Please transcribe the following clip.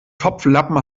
topflappen